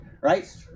right